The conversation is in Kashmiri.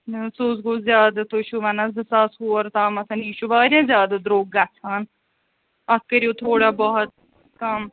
نہ حظ سُہ حظ گوٚو زیادٕ تُہۍ چھُو وَنان زٕ ساس ہور تامَتھ یہِ چھِ واریاہ زیادٕ دروٚگ گژھان اَتھ کٔریو تھوڑا بہت کَم